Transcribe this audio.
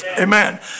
Amen